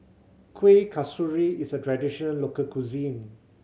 Kuih Kasturi is a traditional local cuisine